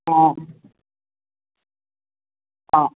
हो